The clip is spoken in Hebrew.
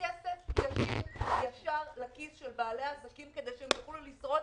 כסף ישר לכיס של בעלי העסקים כדי שהם יוכלו לשרוד,